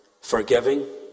Forgiving